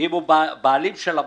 "אם הוא בעלים של המוסך".